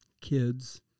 kids